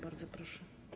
Bardzo proszę.